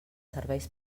serveis